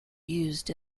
used